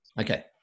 Okay